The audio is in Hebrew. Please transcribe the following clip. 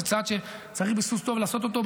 זה צעד שצריך ביסוס טוב לעשות אותו,